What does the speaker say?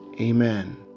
amen